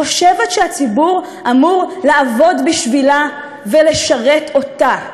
חושבת שהציבור אמור לעבוד בשבילה ולשרת אותה.